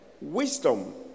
wisdom